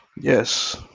yes